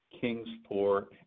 Kingsport